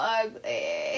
ugly